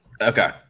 Okay